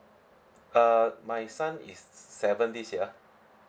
uh my son is seven this year